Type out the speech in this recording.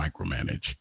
micromanage